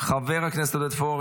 חבר הכנסת עודד פורר,